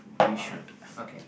alright okay